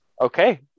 okay